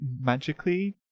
magically